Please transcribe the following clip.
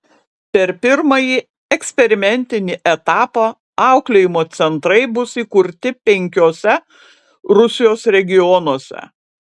per pirmąjį eksperimentinį etapą auklėjimo centrai bus įkurti penkiuose rusijos regionuose